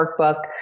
workbook